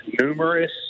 numerous